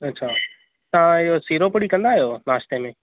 अच्छा तव्हां इहो सीरो पूड़ी कंदा आहियो नाश्ते में